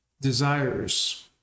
desires